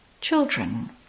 Children